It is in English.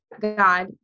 God